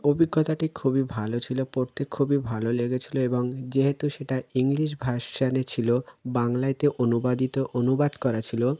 অভিজ্ঞতাটি খুবই ভালো ছিল পড়তে খুবই ভালো লেগেছিল এবং যেহেতু সেটা ইংলিশ ভার্সানে ছিল বাংলাতে অনুবাদিত অনুবাদ করা ছিল